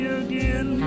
again